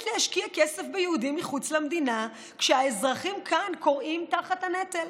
להשקיע כסף ביהודים מחוץ למדינה כשהאזרחים כאן כורעים תחת הנטל.